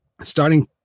starting